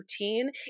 routine